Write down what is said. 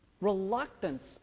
reluctance